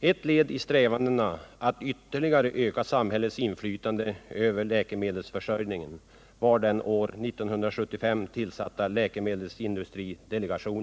Ett led i strävandena att ytterligare öka samhällets inflytande över läkemedelsförsörjningen var tillsättandet av läkemedelsindustridelegationen år 1975.